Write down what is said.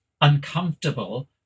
uncomfortable